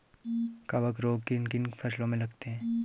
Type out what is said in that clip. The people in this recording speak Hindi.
कवक रोग किन किन फसलों में लगते हैं?